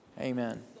amen